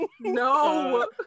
no